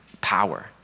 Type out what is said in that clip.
power